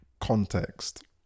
context